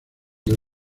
del